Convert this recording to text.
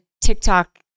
TikTok